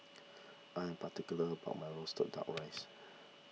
I am particular about my Roasted Duck Rice